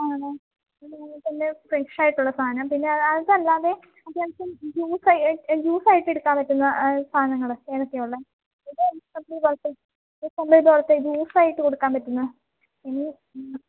ആണോ ഇന്ന് മുതൽ തന്നെ ഫ്രഷ് ആയിട്ടുള്ള സാധനം പിന്നെ അതല്ലാതെ അത്യാവശ്യം ജൂസ് ആയിട്ട് എടുക്കാൻ പറ്റുന്ന സാധനങ്ങൾ ഏതൊക്കെയാ ഉള്ളത് ജൂസ് ആയിട്ട് കൊടുക്കാൻ പറ്റുന്ന